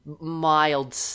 mild